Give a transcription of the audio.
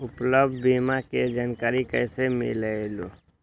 उपलब्ध बीमा के जानकारी कैसे मिलेलु?